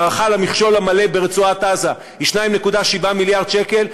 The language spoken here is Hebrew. ההערכה למכשול המלא ברצועת-עזה היא 2.7 מיליארד שקל,